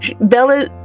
bella